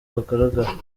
hagaragara